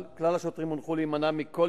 והוא אינו מחויב לבצע פסילה מינהלתית בכל